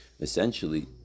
essentially